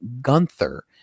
Gunther